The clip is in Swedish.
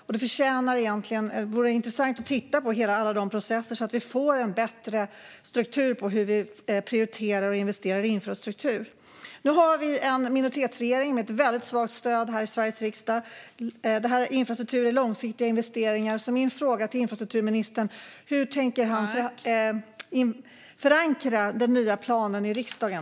Och det vore intressant att titta på alla processer så att vi får en bättre struktur när det gäller hur vi prioriterar och investerar i infrastruktur. Nu har vi en minoritetsregering med ett väldigt svagt stöd här i Sveriges riksdag. Infrastrukturinvesteringar är långsiktiga. Min fråga till infrastrukturministern är därför hur han tänker förankra den nya planen i riksdagen.